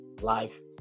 life